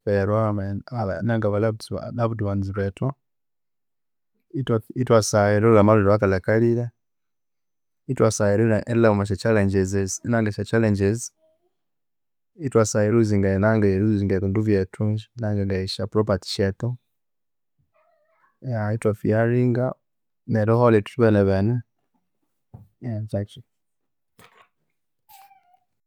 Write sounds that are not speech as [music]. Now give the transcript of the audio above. [unintelligible] [hesitation] aba loveds wa loved ones bethu, ithwasagha erilwalya amalwere awakalha kalhire, ithwasagha erilhaba omwasyachallenges esi, ithwasagha eriloosinga nanga eriloosinga ebindu byethu, nangesya properties syethu. [hesitation] ithwafearinga neriholha ithwibinebene [noise]